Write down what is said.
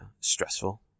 stressful